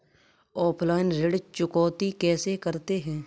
Offline ऋण चुकौती कैसे करते हैं?